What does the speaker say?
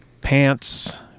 Pants